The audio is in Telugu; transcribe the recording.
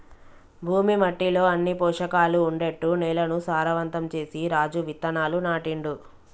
భూమి మట్టిలో అన్ని పోషకాలు ఉండేట్టు నేలను సారవంతం చేసి రాజు విత్తనాలు నాటిండు